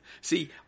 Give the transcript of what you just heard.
See